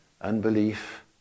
Unbelief